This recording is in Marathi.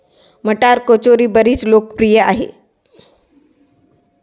मटार कचोरी बरीच लोकप्रिय आहे